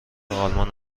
آلمان